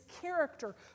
character